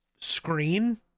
screen